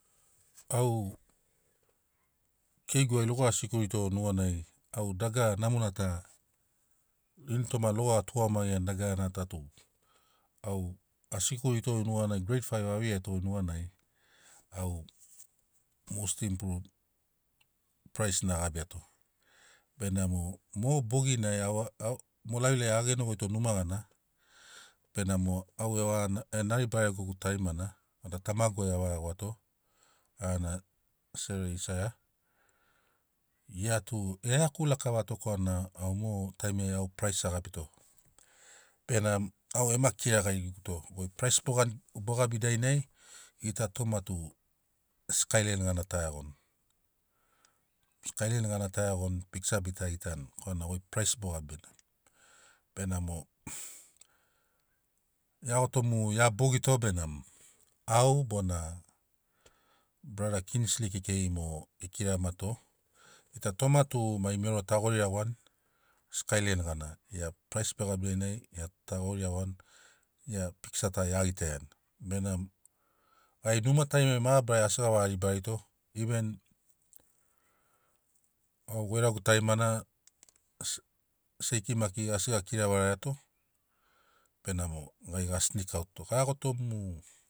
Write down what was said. Au keigu ai logo a sikuli to goi nuganai au dagara namona ta ini toma logo a tuamagiani dagarana ta tu au a sikuli to goi nuganai grade faiv a veiato nuganai au most improve prize na a gabiato benamo mo boginai a au mo lavilavi a genogoito numa gana benamo au avaga e nari barego guto tarimana vada tamagu ai a vaga iagoato arana sere isaiah gia e iaku lakavato korana au mot aim a prize a gabito benamo au ema kiragiriguto goi prize bo gani bo gabi dainai gita toma tu skyline gana ta iagoni. Skyline gana ta iagoni piksa bita gitani korana goi prize bo gabi bene. Benamo iago to ia bogi to benamo au bona brother kingsley kekei mogo e kira mato gita toma tu mero ta gori iagoni skyline gana gia prize be gabi dainai gia ta gori iagoni gia piksa ta ia gitaiani benamo gai numa tarimari mabarari asi gava ribarito even au goiragu tarimana si seiki maki asi ga kira varaiato benamo gai ga snik aut to ga iagoto mu